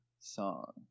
song